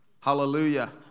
Hallelujah